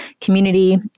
community